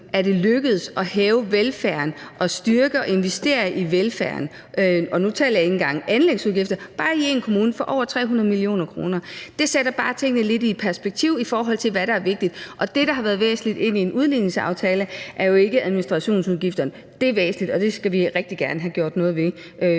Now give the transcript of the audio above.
er det lykkedes at hæve velfærden og styrke og investere i velfærden – og nu taler jeg ikke engang om anlægsudgifter – for over 300 mio. kr. Det sætter bare tingene lidt i perspektiv, i forhold til hvad der er vigtigt. Det, der har været væsentligt i en udligningsaftale, er jo ikke administrationsudgifterne. De er også væsentlige, og dem skal vi rigtig gerne have gjort noget ved